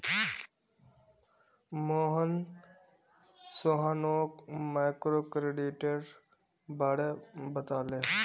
मोहन सोहानोक माइक्रोक्रेडिटेर बारे बताले